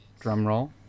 drumroll